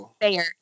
fair